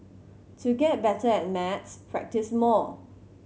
to get better at maths practise more